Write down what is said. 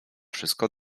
wszystko